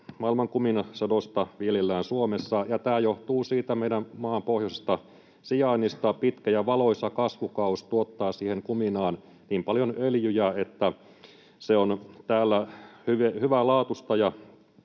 maailman kuminasadosta viljellään Suomessa. Tämä johtuu meidän maan pohjoisesta sijainnista. Pitkä ja valoisa kasvukausi tuottaa kuminaan niin paljon öljyjä, että se on täällä hyvälaatuista